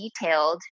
detailed